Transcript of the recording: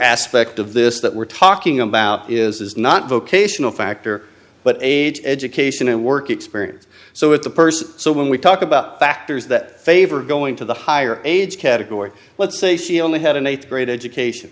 aspect of this that we're talking about is not vocational factor but age education and work experience so it's a person so when we talk about factors that favor going to the higher age category let's say she only had an th grade education